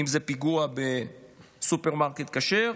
אם זה הפיגוע בסופרמרקט כשר,